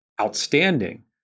outstanding